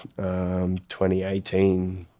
2018